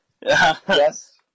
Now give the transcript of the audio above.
Yes